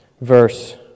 Verse